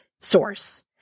source